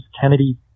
Kennedy